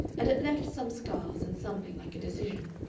and it left some scars and something like a decision.